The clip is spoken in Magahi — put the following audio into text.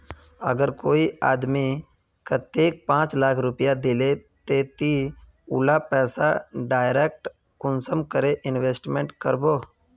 अगर कोई आदमी कतेक पाँच लाख रुपया दिले ते ती उला पैसा डायरक कुंसम करे इन्वेस्टमेंट करबो?